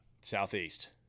Southeast